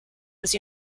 was